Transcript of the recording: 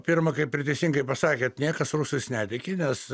pirma kaip ir teisingai pasakėt niekas rusas netiki nes